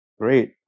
Great